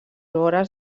vores